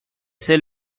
c’est